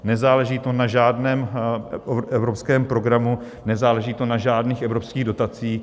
Nezáleží to na žádném evropské programu, nezáleží to na žádných evropských dotacích.